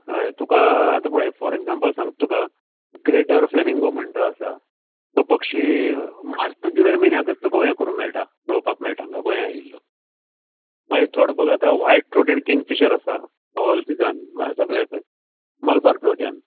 हय तुकां आतां पळय फाॅर एक्जांम्पल सांगता तुकां क्रेटर फ्लेमिंगो म्हणटा तो आसा तो पक्षी मार्च तो जुलय म्हयन्यांकच तुकां यें करूंक मेळटा पळोवपाक मेळटा हांगा गोंया येल्लो मागीर थोडो सो आतां व्हायट थ्रोटेट किंगफिशर आसा तो ऑल सिजन म्हळ्यार सगल्याक मलबार थ्रोजन